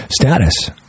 status